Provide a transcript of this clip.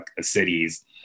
cities